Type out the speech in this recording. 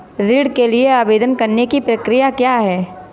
ऋण के लिए आवेदन करने की प्रक्रिया क्या है?